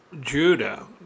Judah